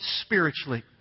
spiritually